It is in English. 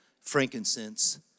frankincense